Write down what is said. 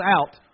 out